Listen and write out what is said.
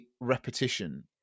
repetition